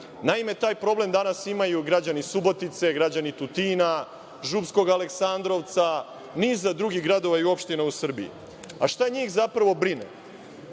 Naime taj problem imaju građani Subotici, građani Tutina, Župskog Aleksandrovca, niza drugih gradova i opština u Srbiji. Šta ih zapravo brine?